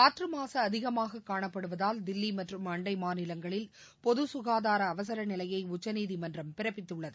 காற்று மாசு அதிகமாக காணப்படுவதால் தில்லி மற்றும் அண்டை மாநிலங்களில் பொது சுகாதார அவசர நிலையை உச்சநீதிமன்றம் பிறப்பித்துள்ளது